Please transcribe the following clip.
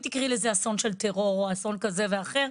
אסון של טרור או אסון כזה או אחר,